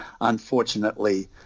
unfortunately